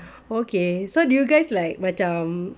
okay so do you guys like macam